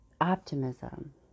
optimism